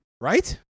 Right